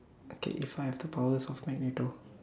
okay if I have the powers of Magneto